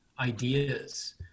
ideas